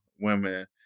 women